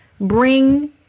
bring